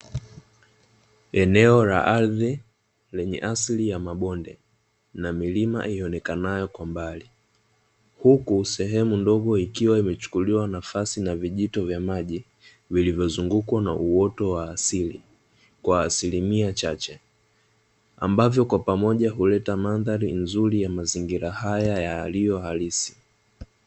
Eneo la ardhi lenye asili ya mabonde na milima ionekanayo kwa mbali, huku sehemu ndogo ikiwa imechukuliwa nafasi na vijito vya maji vilivyo zungukwa na uoto wa asili kwa asilimiachache, ambavyo kwa pamoja huleta mandhali nzuri ya mazingira haya yaliyo halisi.